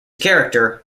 character